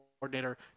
coordinator